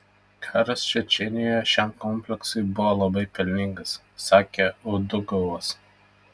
karas čečėnijoje šiam kompleksui buvo labai pelningas sakė udugovas